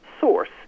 source